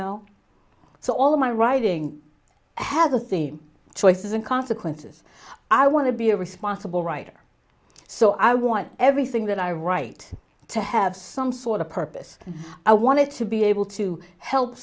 know so all my writing has a theme choices and consequences i want to be a responsible writer so i want everything that i write to have some sort of purpose i wanted to be able to help